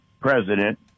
president